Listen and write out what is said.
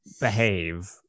behave